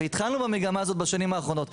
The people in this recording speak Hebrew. והתחלנו במגמה הזאת בשנים האחרונות,